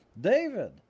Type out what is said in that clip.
David